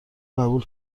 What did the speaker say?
قبول